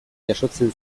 jasotzen